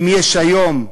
אם יש היום,